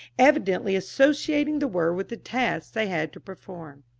evidently associating the word with the task they had to perform.